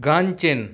গান চেন